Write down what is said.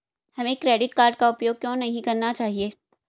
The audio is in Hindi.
हमें क्रेडिट कार्ड का उपयोग क्यों नहीं करना चाहिए?